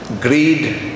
greed